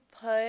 put